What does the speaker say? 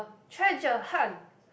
treasure hunt